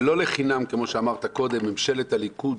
לא לחינם, כמו שאמרת קודם, ממשלת הליכוד